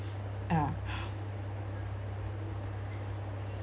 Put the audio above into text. uh